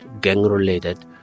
gang-related